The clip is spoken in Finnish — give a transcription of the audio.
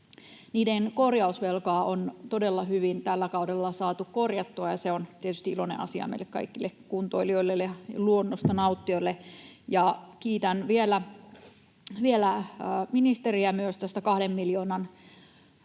Niiden korjausvelkaa on todella hyvin tällä kaudella saatu korjattua, ja se on tietysti iloinen asia meille kaikille kuntoilijoille ja luonnosta nauttijoille. Kiitän vielä ministeriä myös tästä kahden miljoonan